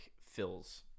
fills